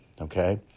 okay